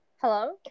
Hello